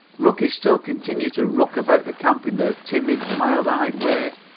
rookies still continue to rook about the camp in their timid, mild-eyed way,